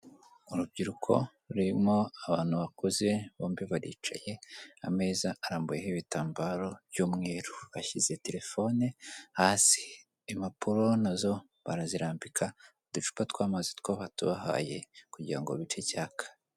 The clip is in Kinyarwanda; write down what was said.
Urubyiruko rurimo abantu bakuze bombi baricaye, ameza arambuyeho ibitambaro by'umweru, bashyize terefone hasi impapuro na zo barazirambika uducupa tw'amazi two batubahaye kugira ngo bice icyaka.